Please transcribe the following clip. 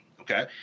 Okay